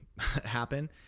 happen